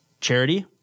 charity